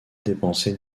dépensé